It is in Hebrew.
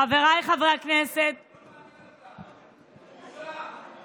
חבריי חברי הכנסת, קטי אמרה לא לצאת.